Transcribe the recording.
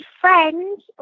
friends